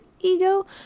ego